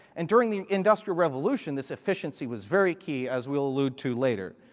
and during the industrial revolution, this efficiency was very key as we'll allude to later.